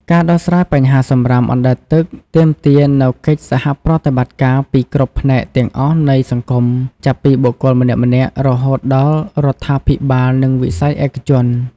ការដោះស្រាយបញ្ហាសំរាមអណ្តែតទឹកទាមទារនូវកិច្ចសហប្រតិបត្តិការពីគ្រប់ផ្នែកទាំងអស់នៃសង្គម ចាប់ពីបុគ្គលម្នាក់ៗ រហូតដល់រដ្ឋាភិបាល និងវិស័យឯកជន។